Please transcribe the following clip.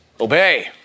Obey